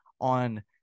on